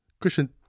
Christian